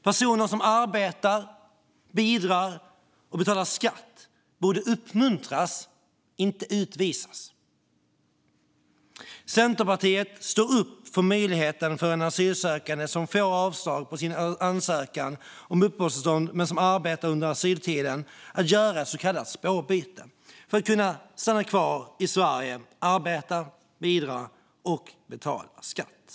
Personer som arbetar, bidrar och betalar skatt borde uppmuntras, inte utvisas. Centerpartiet står upp för möjligheten för en asylsökande som får avslag på sin ansökan om uppehållstillstånd men som arbetar under asyltiden att få göra ett så kallat spårbyte för att kunna stanna kvar i Sverige och arbeta, bidra och betala skatt.